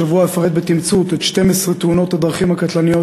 השבוע אציג בתמצות את 12 תאונות הדרכים הקטלניות